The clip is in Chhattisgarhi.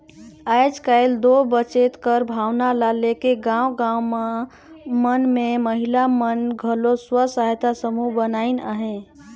आएज काएल दो बचेत कर भावना ल लेके गाँव गाँव मन में महिला मन घलो स्व सहायता समूह बनाइन अहें